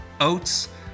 oats